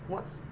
what's